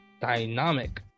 Dynamic